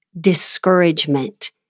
discouragement